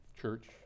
church